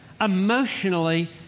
emotionally